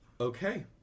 Okay